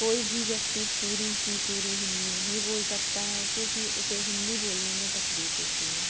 कोई भी व्यक्ति पूरी की पूरी हिन्दी नहीं बोल सकता है क्योंकि उसे हिन्दी बोलने में तकलीफ़ होती है